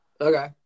Okay